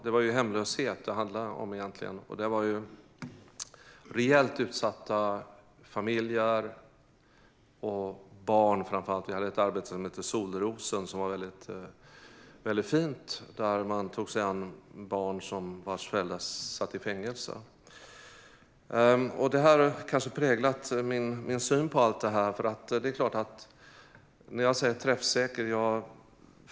Det handlade egentligen om hemlöshet, och det var rejält utsatta familjer och framför allt barn. Vi hade ett arbete som hette Solrosen, som var väldigt fint, där man tog sig an barn vars föräldrar satt i fängelse. Det här har kanske präglat min syn på allt detta när jag säger att det är träffsäkert.